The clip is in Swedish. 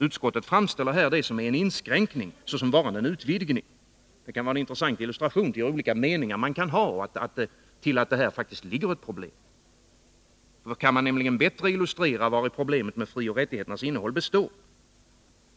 Utskottet framställer här det som är en inskränkning såsom varande en utvidgning. Det är en intressant illustration till hur olika meningar man kan ha och till att här faktiskt föreligger ett problem. Kan man bättre illustrera vari problemet med frioch rättigheternas innehåll består?